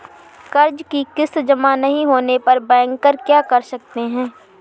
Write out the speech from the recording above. कर्ज कि किश्त जमा नहीं होने पर बैंकर क्या कर सकते हैं?